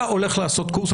אתה הולך לעשות קורס.